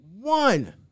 one